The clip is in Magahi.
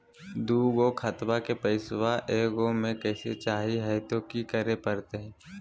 दू गो खतवा के पैसवा ए गो मे करे चाही हय तो कि करे परते?